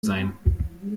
sein